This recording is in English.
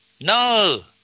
No